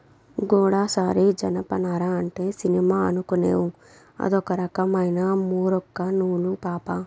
గూడసారి జనపనార అంటే సినిమా అనుకునేవ్ అదొక రకమైన మూరొక్క నూలు పాపా